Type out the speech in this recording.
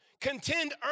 Contend